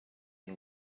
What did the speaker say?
and